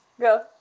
Go